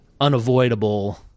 unavoidable